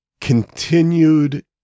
continued